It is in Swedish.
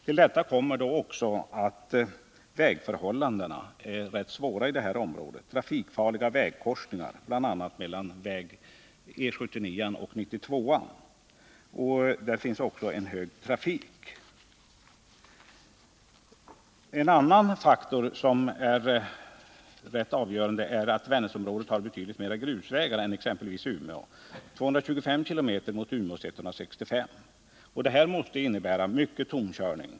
Till detta kommer att vägförhållandena är ganska svåra i det här området med trafikfarliga vägkorsningar, bl.a. mellan vägarna E 79 och 92, där det också finns en stark trafik. En annan avgörande faktor är att Vännäsområdet har betydligt fler grusvägar än exempelvis Umeå — 225 km mot Umeås 165 km — vilket innebär mycket tomkörning.